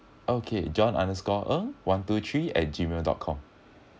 okay john underscore ng one two three at gmail dot com